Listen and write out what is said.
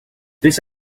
this